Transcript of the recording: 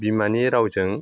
बिमानि रावजों